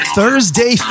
Thursday